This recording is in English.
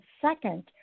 second